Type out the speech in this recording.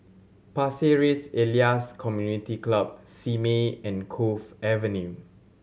Pasir Ris Elias Community Club Simei and Cove Avenue